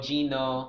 Gino